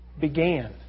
began